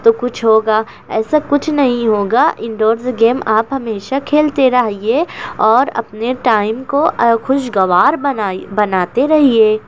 تو کچھ ہوگا ایسا کچھ نہیں ہوگا انڈورس گیم آپ ہمیشہ کھیلتے رہیے اور اپنے ٹائم کو خوشگوار بنائی بناتے رہیے